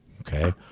Okay